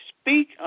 speak